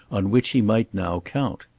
on which he might now count.